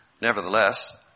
Nevertheless